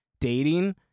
dating